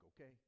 okay